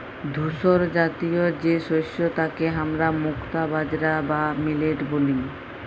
ধূসরজাতীয় যে শস্য তাকে হামরা মুক্তা বাজরা বা মিলেট ব্যলি